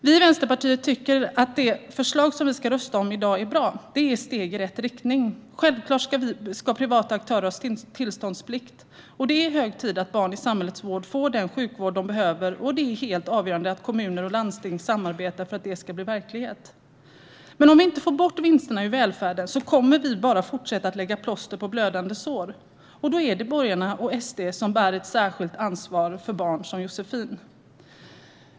Vi i Vänsterpartiet tycker att det förslag som vi ska rösta om i dag är bra. Det är ett steg i rätt riktning. Självklart ska privata aktörer ha tillståndsplikt. Det är hög tid att barn i samhällets vård får den sjukvård de behöver, och det är helt avgörande att kommuner och landsting samarbetar för att det ska bli verklighet. Men om vi inte får bort vinsterna ur välfärden kommer vi bara att fortsatta sätta plåster på blödande sår, och då är det borgarna och SD som bär ett särskilt ansvar för barn som Josefin.